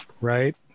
Right